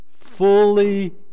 fully